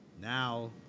now